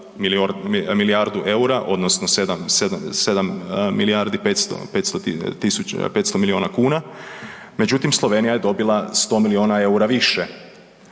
milijardi 500, 500 tisuća, 500 miliona kuna međutim Slovenija je dobila 100 miliona EUR-a više.